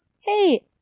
hey